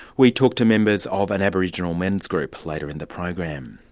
we talk to members of an aboriginal men's group later in the program.